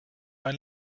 ein